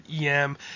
em